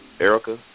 Erica